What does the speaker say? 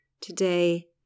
today